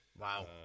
Wow